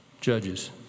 Judges